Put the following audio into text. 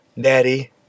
Daddy